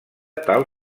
tal